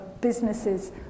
businesses